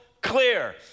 clear